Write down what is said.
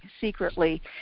secretly